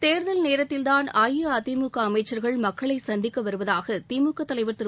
தேர்தல் நேரத்தில்தான் அஇஅதிமுக அமைச்சர்கள் மக்களை சந்திக்க வருவதாக திமுக தலைவர் திரு